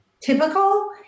typical